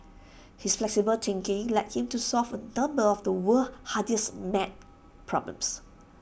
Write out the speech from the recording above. his flexible thinking led him to solve A number of the world's hardest mat problems